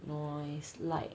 noise light